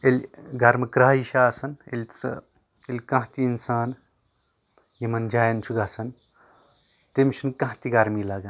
ییٚلہِ گرمہٕ کرایہِ چھِ آسان ییٚلہِ سۄ ییٚلہِ کانٛہہ تہِ اِنسان یِمن جاین چھُ گژھان تٔمِس چھُ نہٕ کانٛہہ تہِ گرمی لَگان